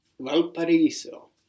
Valparaiso